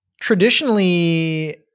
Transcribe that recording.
traditionally